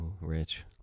rich